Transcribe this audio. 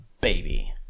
Baby